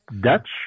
Dutch